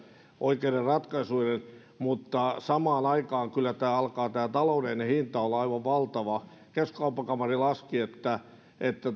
oikeiden ratkaisuiden mutta kyllä samaan aikaan tämä taloudellinen hinta alkaa olla aivan valtava keskuskauppakamari laski että tämä